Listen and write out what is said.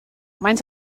maent